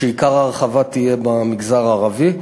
ועיקר ההרחבה תהיה במגזר הערבי.